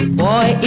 boy